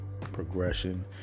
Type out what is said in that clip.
progression